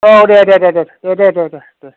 औ दे दे दे दे दे दे